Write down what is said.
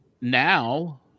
now